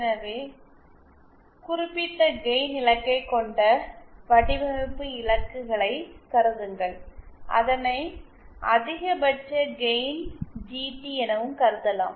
எனவே குறிப்பிட்ட கெயின் இலக்கைக் கொண்ட வடிவமைப்பு இலக்குகளைச் கருதுங்கள் அதனை அதிகபட்ச கெயின் ஜிடி எனவும் கருதலாம்